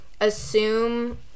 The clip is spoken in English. assume